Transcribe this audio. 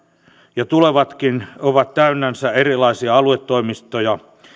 ja tulevatkin ovat täynnänsä erilaisia aluetoimistoja